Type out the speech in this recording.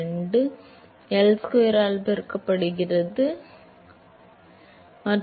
மாணவர் ஆம் ஆம் அது மன அழுத்தம் சரி